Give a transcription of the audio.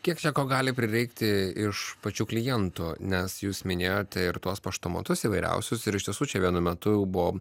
kiek čia ko gali prireikti iš pačių klientų nes jūs minėjote ir tuos paštomatus įvairiausius ir iš tiesų čia vienu metu jau buvo